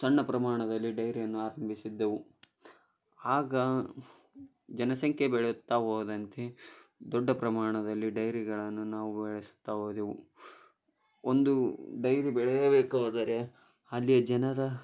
ಸಣ್ಣ ಪ್ರಮಾಣದಲ್ಲಿ ಡೈರಿಯನ್ನು ಆರಂಭಿಸಿದ್ದೆವು ಆಗ ಜನಸಂಖ್ಯೆ ಬೆಳೆಯುತ್ತಾ ಹೋದಂತೆ ದೊಡ್ಡ ಪ್ರಮಾಣದಲ್ಲಿ ಡೈರಿಗಳನ್ನು ನಾವು ಬೆಳೆಸುತ್ತಾ ಹೋದೆವು ಒಂದು ಡೈರಿ ಬೆಳೆಯಬೇಕಾದರೆ ಅಲ್ಲಿಯ ಜನರ